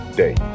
day